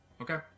Okay